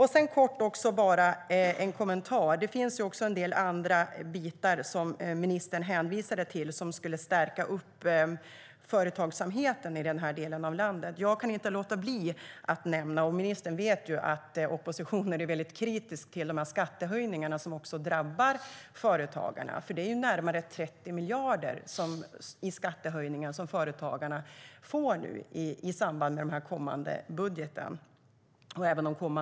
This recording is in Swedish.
Jag har också en kort kommentar om att en del andra bitar som ministern hänvisade till skulle stärka företagsamheten i den delen av landet. Jag kan inte låta bli att nämna skattehöjningarna som också drabbar företagarna - ministern vet att oppositionen är kritisk till skattehöjningarna. I och med den kommande budgeten får företagarna närmare 30 miljarder i skattehöjningar, även under kommande år.